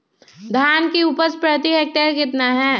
धान की उपज प्रति हेक्टेयर कितना है?